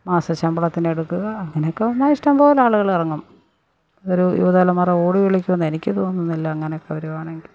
മാസശമ്പളത്തിന് എടുക്കുക അങ്ങനെയൊക്കെ വന്നാല് ഇഷ്ടംപോലെ ആളുകള് ഇറങ്ങും ഇതൊരു യുവതലമുറ ഓടിയൊളിക്കുമെന്ന് എനിക്ക് തോന്നുന്നില്ല അങ്ങനെയൊക്കെ വരുകയാണെങ്കിൽ